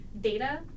data